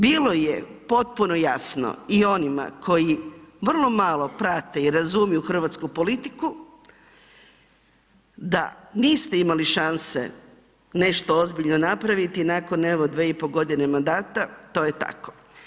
Bilo je potpuno jasno i onima koji vrlo malo prate i razumiju hrvatsku politiku da niste imali šanse nešto ozbiljno napraviti nakon evo 2,5 godine mandata, to je tako.